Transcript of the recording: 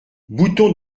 bouton